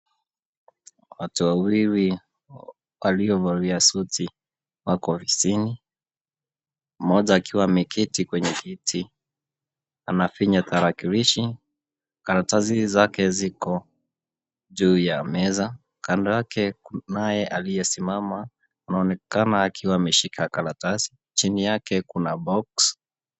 Watu wawili waliovalia suti wako ofisini mmoja akiwa ameketi kwenye kiti anafinya talakilishi, karatasi zake ziko juu ya meza, kando yake kunaye aliyesimama anaonekana akiwa ameshika karatasi chini yake kuna boksi.